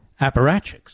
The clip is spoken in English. apparatchiks